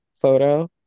photo